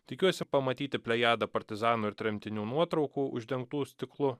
tikiuosi pamatyti plejadą partizanų ir tremtinių nuotraukų uždengtų stiklu